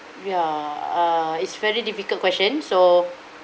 ya uh it's very difficult question so